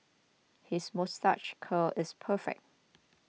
his moustache curl is perfect